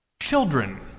Children